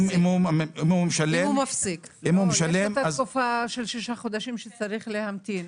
יש תקופה של שישה חודשים שהוא צריך להמתין,